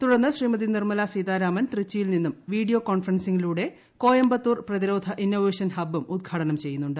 തുടർന്ന് ശ്രീമതി നിർമ്മല സീതാരാമൻ ത്രിച്ചിയിൽ നിന്നും വീഡിയോ കോൺഫറൻസിംഗിലൂടെ കോയമ്പത്തൂർ പ്രതിരോധ ഇന്നോവേഷൻ ഹബ്ബും ഉദ്ഘാടനം പ്രെയ്യുന്നുണ്ട്